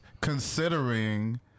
considering